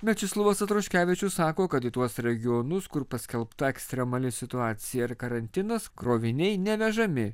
mečislovas atroškevičius sako kad į tuos regionus kur paskelbta ekstremali situacija ir karantinas kroviniai nevežami